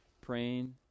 praying